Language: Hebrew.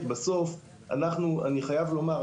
אני חייב לומר,